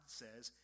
says